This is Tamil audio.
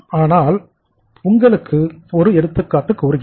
ஆனால் உங்களுக்கு ஒரு எடுத்துக்காட்டு கூறுகிறேன்